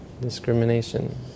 Discrimination